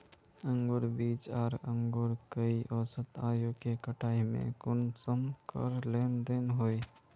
अंकूर बीज आर अंकूर कई औसत आयु के कटाई में कुंसम करे लेन देन होए?